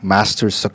Master's